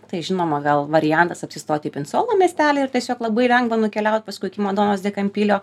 tai žinoma gal variantas apsistoti į pinsolo miestelį ar tiesiog labai lengva nukeliaut paskui iki madonos di kampiljo